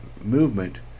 movement